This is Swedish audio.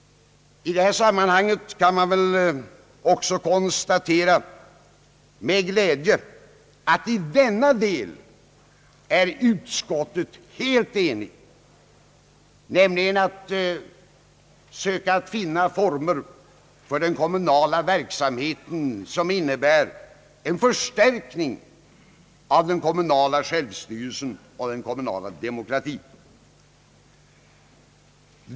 Det är glädjande att kunna konstatera, att utskottet är helt enigt om att man bör söka finna sådana former för kommunernas verksamhet som innebär en förstärkning av den kommunala självstyrelsen och den kommunala demokratin.